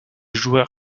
joueur